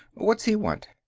what's he want?